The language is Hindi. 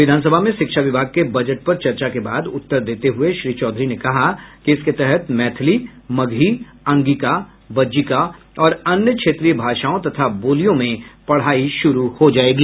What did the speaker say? विधानसभा में शिक्षा विभाग के बजट पर चर्चा के बाद उत्तर देते हुए श्री चौधरी ने कहा कि इसके तहत मैथिली मगही अंगिका बज्जिका और अन्य क्षेत्रीय भाषाओं तथा बोलियों में पढ़ाई शुरू हो जायेगी